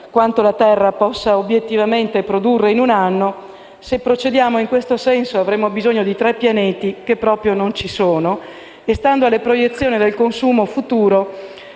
quanto la Terra possa obiettivamente produrre in un anno; se continuiamo a procedere di questo passo avremo bisogno di tre pianeti che proprio non ci sono. Stando alle proiezioni del consumo futuro,